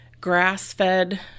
grass-fed